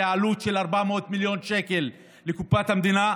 זה עלות של 400 מיליון שקל לקופת המדינה,